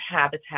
habitat